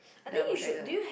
the moisturiser